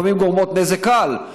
לפעמים גורמות נזק קל,